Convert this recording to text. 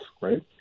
right